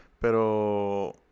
Pero